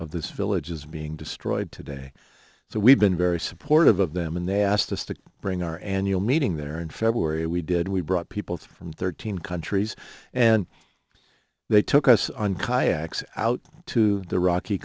of this village is being destroyed today so we've been very supportive of them and they asked us to bring our annual meeting there in february and we did we brought people from thirteen countries and they took us on kayaks out to the rocky